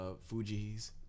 Fuji's